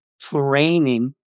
training